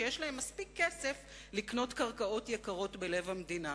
שיש להם מספיק כסף לקנות קרקעות יקרות בלב המדינה.